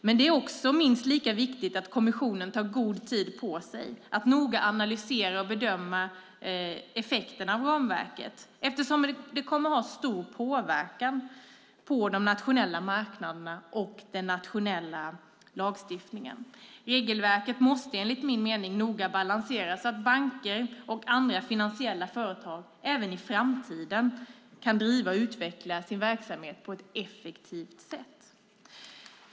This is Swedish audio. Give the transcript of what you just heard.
Men det är minst lika viktigt att kommissionen tar god tid på sig för att noga analysera och bedöma effekterna av ramverket, eftersom det kommer att ha stor påverkan på de nationella marknaderna och den nationella lagstiftningen. Regelverket måste enligt min mening balanseras noga, så att banker och andra finansiella företag även i framtiden kan driva och utveckla sin verksamhet på ett effektivt sätt.